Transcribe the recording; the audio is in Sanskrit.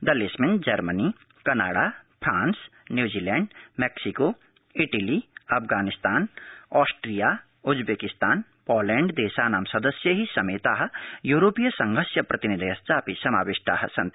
दलक्ष्मिन् Germany Canada France New Zealand Mexico Italy Afghanistan Austria Uzbekistan Poland दश्तानां सदस्यै समती यूरोपीयसंघस्यप्रतिनिधयश्चापि समाविष्टा संति